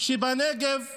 רק להרוס בנגב.